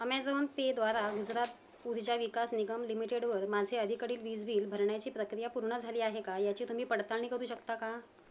Amazon पेद्वारा गुजरात उर्जा विकास निगम लिमिटेडवर माझे अलीकडील वीज बिल भरण्याची प्रक्रिया पूर्ण झाली आहे का याची तुम्ही पडताळणी करू शकता का